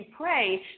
pray